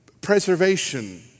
preservation